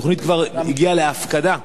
התוכנית כבר הגיעה להפקדה,